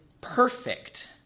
perfect